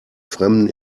fremden